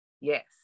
Yes